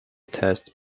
tests